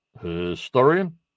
historian